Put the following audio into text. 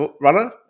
runner